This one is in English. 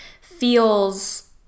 feels